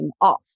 off